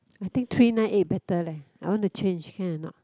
I think three nine eight better leh I want to change can a not